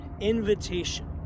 invitation